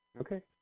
Okay